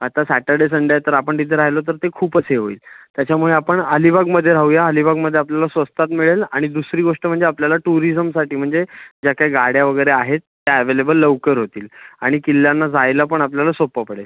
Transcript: आता Saturday Sunday आहे तर आपण तिथे राहिलो तर ते खूपच हे होईल त्याच्यामुळे आपण अलिबागमध्ये राहूया अलिबागमध्ये आपल्याला स्वस्तात मिळेल आणि दुसरी गोष्ट म्हणजे आपल्याला टुरिझमसाठी म्हणजे ज्या काही गाड्या वगैरे आहेत त्या अॅव्हेलेबल लवकर होतील आणि किल्ल्यांना जायला पण आपल्याला सोपं पडेल